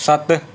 ਸੱਤ